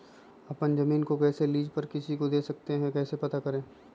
अपना जमीन को कैसे लीज पर किसी को दे सकते है कैसे पता करें?